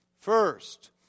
First